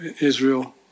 Israel